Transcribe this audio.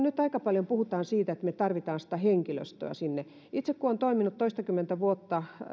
nyt aika paljon puhutaan siitä että me tarvitsemme sitä henkilöstöä itse kun olen toiminut toistakymmentä vuotta terveysalan